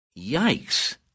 yikes